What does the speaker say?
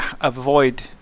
avoid